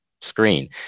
screen